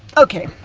okay!